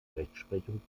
rechtsprechung